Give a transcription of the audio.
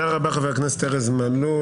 תודה רבה, חבר הכנסת ארז מלול.